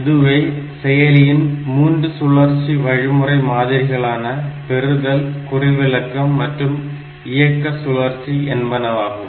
இதுவே செயலியின் 3 சுழற்சி வழிமுறை மாதிரிகளான பெறுதல் குறிவிலக்கம் மற்றும் இயக்க சுழற்சி என்பனவாகும்